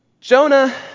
Jonah